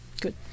Good